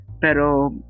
pero